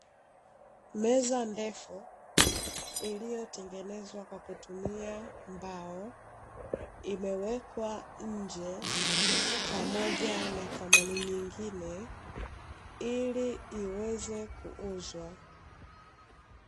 Meza ndefu, iliyotengenezwa kwa kutumia mbao, imewekwa nje pamoja na samani nyingine ili iweze kuuzwa.